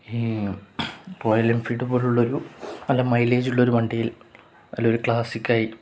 ഈ royal Enfield പോലുള്ളൊരു നല്ല മൈലേജുള്ളൊരു വണ്ടിയിൽ നല്ലൊരു ക്ലാസ്സിക്കായി